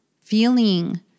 feeling